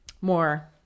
more